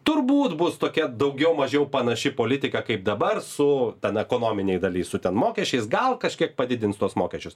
turbūt bus tokia daugiau mažiau panaši politika kaip dabar su ten ekonominėj daly su ten mokesčiais gal kažkiek padidins tuos mokesčius